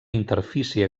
interfície